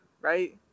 right